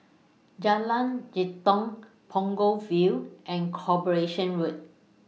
Jalan Jitong Punggol Field and Corporation Road